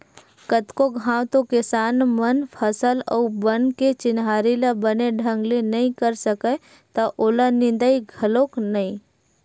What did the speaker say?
कतको घांव तो किसान मन फसल अउ बन के चिन्हारी ल बने ढंग ले नइ कर सकय त ओला निंदय घलोक नइ